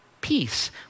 peace